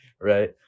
right